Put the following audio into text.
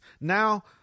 now